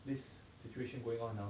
this situation going on now